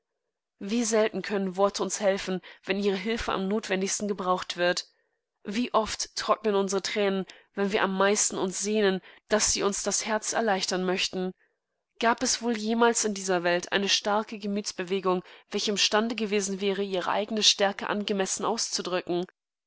wie selten können worte uns helfen wenn ihre hilfe am notwendigsten gebraucht wird wie oft trocknen unsere tränen wenn wir am meisten uns sehnen daß sie uns das herz erleichtern möchten gab es wohl jemals in dieser welt eine starke gemütsbewegung welche im stande gewesenwäre ihreeigenestärkeangemessenauszudrücken